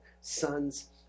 sons